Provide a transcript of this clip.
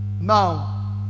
now